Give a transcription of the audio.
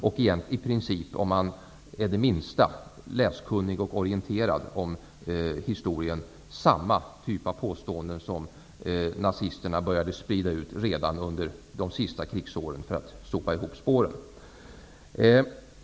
Om man är det minsta läskunnig och orienterad i historien finner man att det handlar om i princip samma typ av påståenden som nazisterna började sprida ut redan under de sista krigsåren för att sopa undan spåren.